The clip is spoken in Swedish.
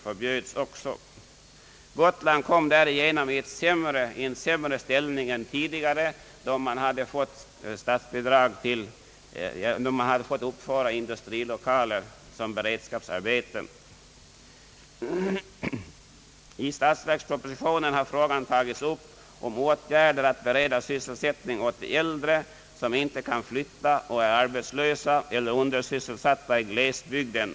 Gotland kom därigenom i en sämre ställning än tidigare, då man hade fått uppföra industrilokaler som beredskapsarbeten. I statsverkspropositionen har frågan tagits upp om åtgärder att bereda sysselsättning åt de äldre personer som inte kan flytta och är arbetslösa eller undersysselsatta i glesbygden.